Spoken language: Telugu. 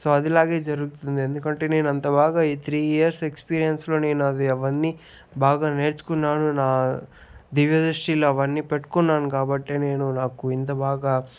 సో అది ఇలాగే జరుగుతుంది ఎందుకంటే నేను అంత బాగా ఈ త్రీ ఇయర్స్ ఎక్స్పిరియన్స్ లో నేను అది అవ్వన్నీ బాగా నేర్చుకున్నాను నా దివ్యదృష్టిలో అవన్నీ పెట్టుకున్నాను కాబట్టే నేను నాకు ఇంత బాగా